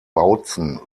bautzen